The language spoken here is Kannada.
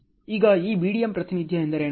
ಈಗ ಈ BDM ಪ್ರಾತಿನಿಧ್ಯ ಎಂದರೇನು